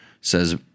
says